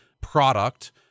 product